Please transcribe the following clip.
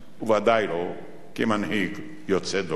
וודאי שלא כמנהיג יוצא דופן.